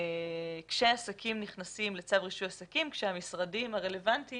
כשעסקים נכנסים לצו רישוי עסקים כשהמשרדים הרלוונטיים